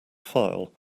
file